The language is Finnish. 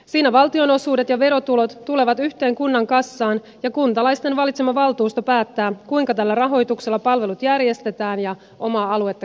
siinä valtionosuudet ja verotulot tulevat yhteen kunnan kassaan ja kuntalaisten valitsema valtuusto päättää kuinka tällä rahoituksella palvelut järjestetään ja omaa aluetta kehitetään